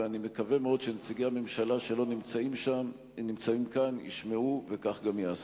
ואני מקווה מאוד שנציגי הממשלה שלא נמצאים כאן ישמעו וכך גם יעשו.